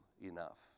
enough